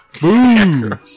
Boom